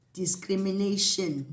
discrimination